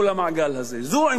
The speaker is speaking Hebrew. זו עמדתנו הברורה.